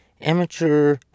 amateur